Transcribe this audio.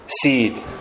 seed